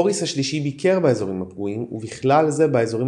בוריס השלישי ביקר באזורים הפגועים ובכלל זה באזורים